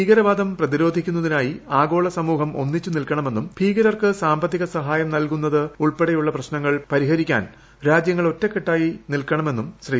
ഭീകരവാദം പ്രതിരോധിക്കുന്നതിനായി ആഗോള സമൂഹം ഒന്നിച്ചു നിൽക്കണമെന്നും ഭീകരർക്ക് സാമ്പത്തിക സഹായം നൽകുന്നത് ഉൾപ്പെടെയുളള പ്രശ്നങ്ങൾ പരിഹരിക്കാൻ രാജ്യങ്ങൾ ഒറ്റകെട്ടായി നിൽക്കണമെന്നും ശ്രീ